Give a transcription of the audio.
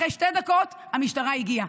אחרי שתי דקות המשטרה הגיעה.